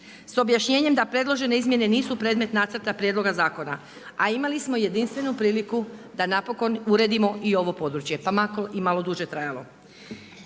s objašnjenjem da predložene izmjene nisu predmet Nacrta prijedloga zakona, a imali smo jedinstvenu priliku da napokon uredimo i ovo područje, pa makar i malo duže trajalo.